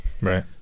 Right